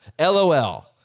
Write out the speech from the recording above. LOL